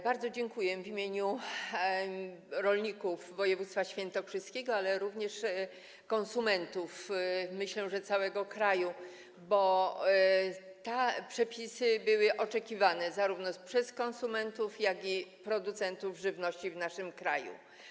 Bardzo dziękuję w imieniu rolników z województwa świętokrzyskiego, ale również konsumentów - myślę, że z całego kraju - bo te przepisy były oczekiwane zarówno przez konsumentów, jak i producentów żywności w naszym kraju.